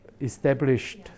established